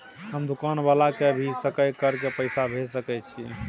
हम दुकान वाला के भी सकय कर के पैसा भेज सके छीयै?